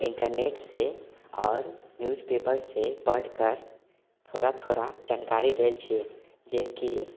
इंटरनेटसँ आओर न्यूजपेपरसँ पढ़ कर थोड़ा थोड़ा जानकारी लैल छियै जेकि